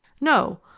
No